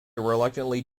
reluctantly